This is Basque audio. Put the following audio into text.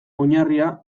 oinarria